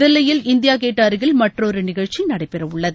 தில்லியில் India Gate அருகில் மற்றொரு நிகழ்ச்சி நடைபெற உள்ளது